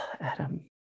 Adam